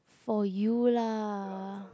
for you lah